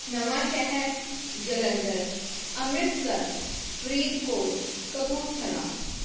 Nawanshahr Jalandhar Amritsar Faridkot Kapurthala